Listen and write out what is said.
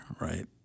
right